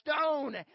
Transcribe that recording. stone